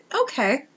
Okay